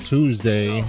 Tuesday